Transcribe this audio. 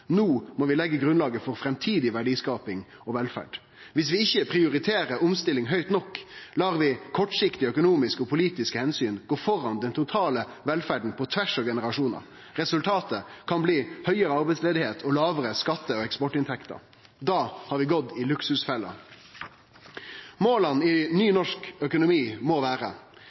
no må vi leggje grunnlaget for framtidig verdiskaping og velferd. Viss vi ikkje prioriterer omstilling høgt nok, let vi kortsiktige økonomiske og politiske omsyn gå føre den totale velferda, på tvers av generasjonar. Resultatet kan bli høgare arbeidsløyse og lågare skatteinntekter og eksportinntekter. Da har vi gått i luksusfella. Måla i ny norsk økonomi må vere